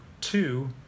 two